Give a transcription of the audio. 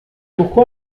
pourquoi